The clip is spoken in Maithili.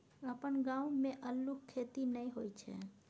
अपन गाम मे अल्लुक खेती नहि होए छै